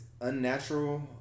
unnatural